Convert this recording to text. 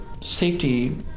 safety